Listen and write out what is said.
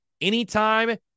anytime